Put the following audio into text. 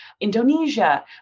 Indonesia